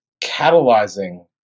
catalyzing